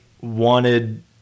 wanted